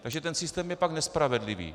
Takže ten systém je pak nespravedlivý.